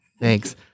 Thanks